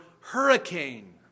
hurricane